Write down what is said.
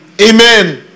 Amen